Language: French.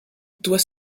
doit